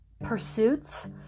pursuits